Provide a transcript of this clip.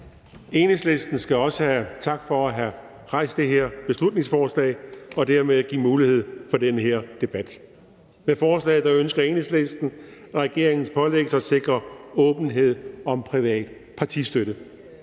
Enhedslisten skal også have tak for at have fremsat det her beslutningsforslag og dermed give mulighed for den her debat. Med forslaget ønsker Enhedslisten, at regeringen pålægges at sikre åbenhed om privat partistøtte.